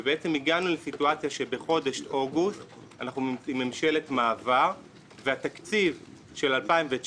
והגענו לסיטואציה שבחודש אוגוסט אנחנו בממשלת מעבר והתקציב של 2019